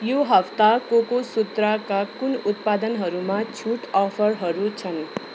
यो हप्ता कोकोसुत्राका कुन उत्पादनहरूमा छुट अफरहरू छन्